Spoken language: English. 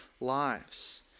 lives